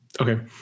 Okay